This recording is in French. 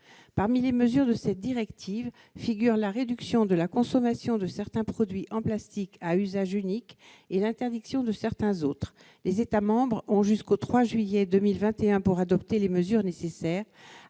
Parmi les mesures contenues dans cette directive figurent la réduction de la consommation de certains produits en plastique à usage unique et l'interdiction de certains autres. Les États membres ont jusqu'au 3 juillet 2021 pour adopter les mesures nécessaires.